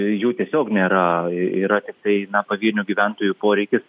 jų tiesiog nėra yra tiktai na pavienių gyventojų poreikis